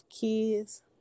kids